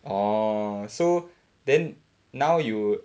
orh so then now you